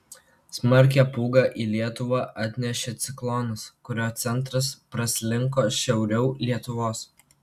smarkią pūgą į lietuvą atnešė ciklonas kurio centras praslinko šiauriau lietuvos